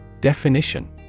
Definition